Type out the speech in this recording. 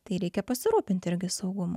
tai reikia pasirūpinti irgi saugumu